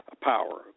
power